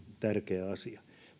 tärkeä asia